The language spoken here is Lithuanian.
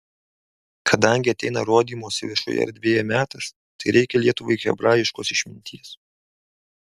kadangi ateina rodymosi viešoje erdvėje metas tai reikia lietuvai hebrajiškos išminties